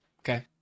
okay